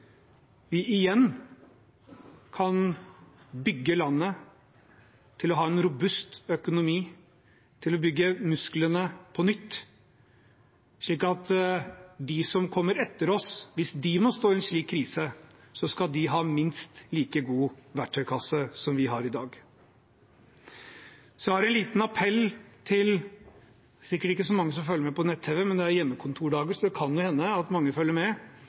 vi igjen kan bygge landet til å ha en robust økonomi, til å bygge musklene på nytt, slik at de som kommer etter oss, hvis de må stå i en slik krise, har en minst like god verktøykasse som det vi har i dag. Så har jeg en liten appell. Det er sikkert ikke så mange som følger med på nett-tv, men det er hjemmekontordager, så det kan hende at noen følger med,